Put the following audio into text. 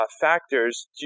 factors